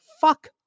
fuck